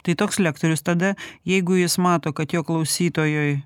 tai toks lektorius tada jeigu jis mato kad jo klausytojui